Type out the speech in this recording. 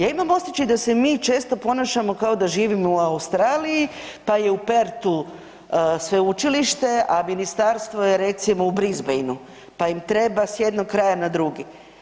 Ja imam osjećaj da se mi često ponašamo kao da živimo u Australiji pa je u Perthu sveučilište a ministarstvo je recimo u Brisbaneu pa im treba im treba s jednog kraja na drugi.